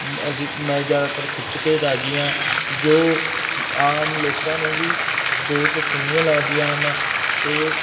ਅਸੀਂ ਮੈਂ ਜ਼ਿਆਦਾਤਰ ਖਿੱਚ ਕੇ ਰਾਜ਼ੀ ਹਾਂ ਜੋ ਆਮ ਲੋਕਾਂ ਨੂੰ ਵੀ ਬਹੁਤ ਸੋਹਣੀਆਂ ਲੱਗਦੀਆਂ ਹਨ ਅਤੇ